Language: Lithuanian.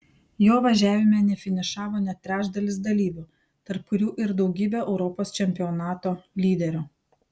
jo važiavime nefinišavo net trečdalis dalyvių tarp kurių ir daugybė europos čempionato lyderių